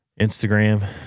Instagram